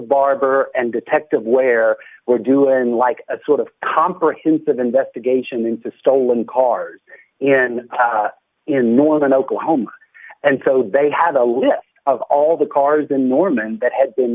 viber and detective where we're doing like a sort of comprehensive investigation into stolen cars in in northern oklahoma and so they had a list of all the cars in norman that had been